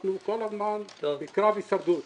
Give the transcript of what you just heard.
אנחנו כל הזמן בקרב הישרדות.